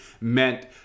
meant